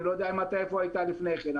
אני לא יודע איפה היית לפני כן.